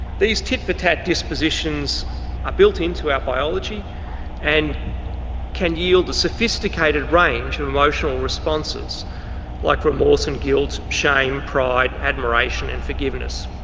these tit-for-tat dispositions are built into our biology and can yield a sophisticated range of and emotional responses like remorse and guilt, shame, pride, admiration and forgiveness.